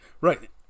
Right